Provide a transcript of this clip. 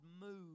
move